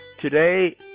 Today